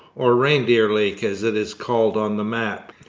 or reindeer lake as it is called on the map.